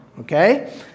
okay